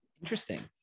Interesting